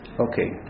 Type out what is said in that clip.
Okay